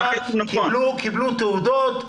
קיבלו תעודות,